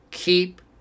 Keep